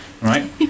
Right